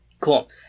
Cool